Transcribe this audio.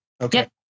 okay